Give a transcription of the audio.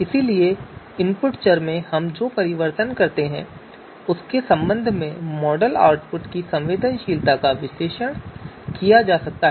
इसलिए इनपुट चर में हम जो परिवर्तन करते हैं उसके संबंध में मॉडल आउटपुट की संवेदनशीलता का विश्लेषण किया जा सकता है